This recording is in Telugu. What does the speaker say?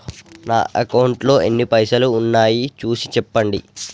నా అకౌంట్లో ఎన్ని పైసలు ఉన్నాయి చూసి చెప్పండి?